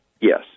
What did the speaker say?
Yes